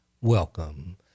welcome